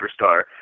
superstar